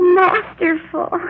masterful